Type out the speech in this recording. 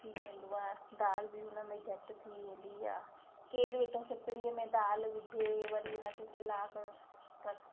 सभु थी वेंदो आहे दालि बि उनमें झटि थी वेंदी आहे केरु वेठो सिपरीअ में दालि विझे वरी उनखे कलाक टक